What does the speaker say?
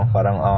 Parang